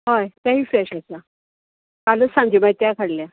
हय तेय फ्रेश आसा कालच सांजे मायत्याक हाडल्यात